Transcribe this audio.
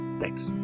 Thanks